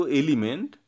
element